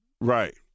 Right